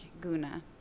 guna